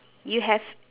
you have